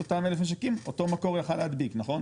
אותם 1,000 משקים אותו מקור יכל להדביק נכון?